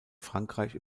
frankreich